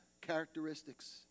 characteristics